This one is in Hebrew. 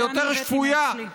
היותר-שפויה,